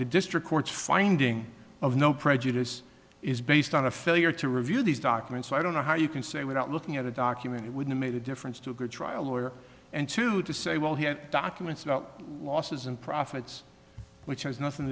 district courts finding of no prejudice is based on a failure to review these documents i don't know how you can say without looking at a document it would make a difference to a good trial lawyer and sue to say well he had documents about losses and profits which has nothing